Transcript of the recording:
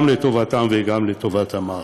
גם לטובתם וגם לטובת המערכת.